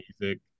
music